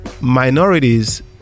minorities